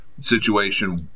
situation